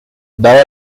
daba